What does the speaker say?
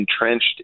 entrenched